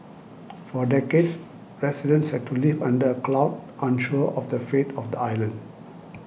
for decades residents had to live under a cloud unsure of the fate of the island